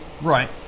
right